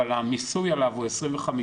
אבל המיסוי עליו הוא 25%,